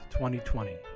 2020